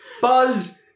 Buzz